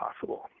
possible